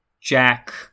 Jack